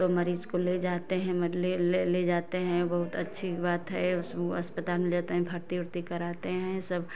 तो मरीज़ को ले जाते हैं म ले ले जाते हैं बहुत अच्छी बात है अस्पताल मे लेते हैं भर्ती उरती कराते हैं सब